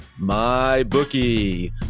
MyBookie